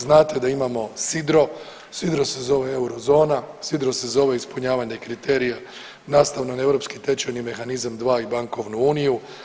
Znate da imamo sidro, sidro se zove euro zona, sidro se zove ispunjavanje kriterija nastavno na europski tečajni mehanizam dva i bankovnu uniju.